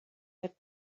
had